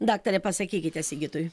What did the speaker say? daktare pasakykite sigitui